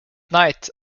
night